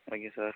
okay sir